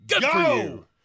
go